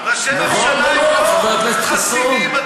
ראשי ממשלה הם לא